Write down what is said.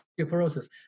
osteoporosis